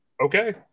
okay